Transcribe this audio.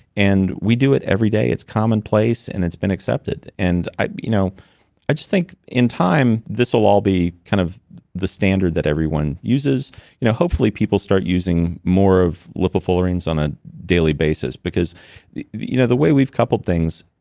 and we do it every day. it's commonplace and it's been accepted. and i you know i just think in time, this will all be kind of the standard that everyone uses you know hopefully, people start using more of lipofullerenes on a daily basis. because the you know the way we've coupled things,